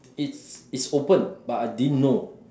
it's it's open but I didn't know